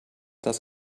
das